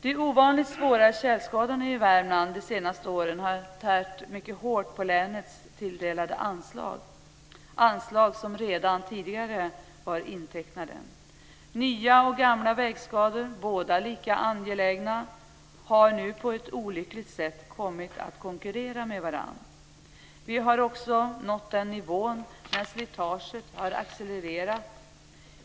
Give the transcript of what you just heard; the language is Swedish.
De ovanligt svåra tjälskadorna i Värmland under de senaste åren har tärt mycket hårt på länets tilldelade anslag - anslag som redan tidigare varit intecknade. Nya och gamla vägskador, båda lika angelägna att åtgärda, har nu på ett olyckligt sätt kommit att konkurrera med varandra. De har också kommit upp till en nivå där slitaget har accelererat.